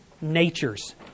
natures